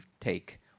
take